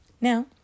Now